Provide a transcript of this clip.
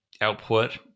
output